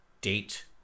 date